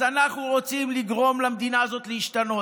אז אנחנו רוצים לגרום למדינה הזאת להשתנות.